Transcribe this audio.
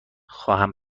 خواهم